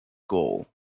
goal